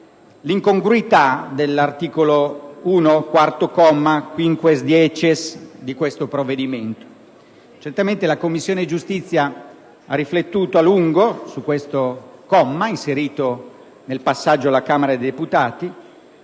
l'incongruità dell'articolo 1, comma 4-*quinquiesdecies* dello stesso. Certamente la Commissione giustizia ha riflettuto a lungo su questo comma inserito nel passaggio alla Camera dei deputati